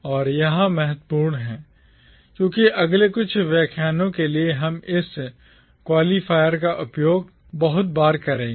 और यह महत्वपूर्ण है क्योंकि अगले कुछ व्याख्यानों के लिए हम इस क्वालीफायर का उपयोग बहुत बार करेंगे